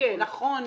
לפי